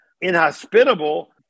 inhospitable